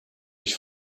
ich